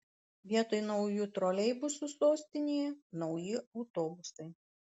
vietoj naujų troleibusų sostinėje nauji autobusai